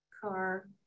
car